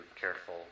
careful